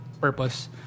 purpose